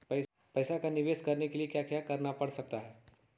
पैसा का निवेस करने के लिए क्या क्या करना पड़ सकता है?